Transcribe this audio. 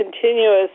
continuous